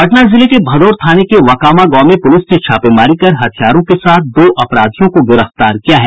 पटना जिले के भदौर थाने के वकामा गांव में पुलिस ने छापेमारी कर हथियारों के साथ दो अपराधियों को गिरफ्तार किया है